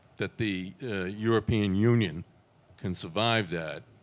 that the european union can survive that?